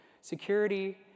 security